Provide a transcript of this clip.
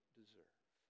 deserve